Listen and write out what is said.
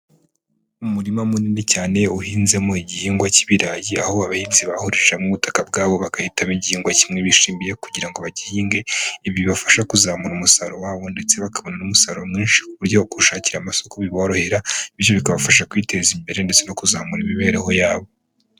Umurima munini cyane uhinzemo igihingwa cy'ibirayi, aho aba bahinzi bahurije hamwe ubutaka bwabo bagahitamo ingihingwa kimwe bishimiye kugira ngo bagihinge, ibi bibafasha kuzamura umusaruro wabo ndetse bakabona n'umusaruro mwinshi ku buryo kuwushakira amasoko biborohera, bityo bikabafasha kwiteza imbere ndetse no kuzamura imibereho yabo.